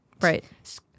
Right